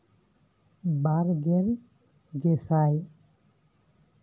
ᱵᱟᱨᱜᱮᱞ ᱜᱮᱥᱟᱭ